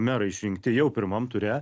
merai išrinkti jau pirmam ture